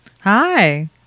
Hi